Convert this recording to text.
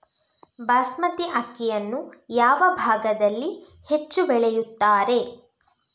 ಬಾಸ್ಮತಿ ಅಕ್ಕಿಯನ್ನು ಯಾವ ಭಾಗದಲ್ಲಿ ಹೆಚ್ಚು ಬೆಳೆಯುತ್ತಾರೆ?